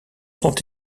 sont